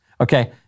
Okay